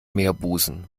meerbusen